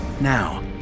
Now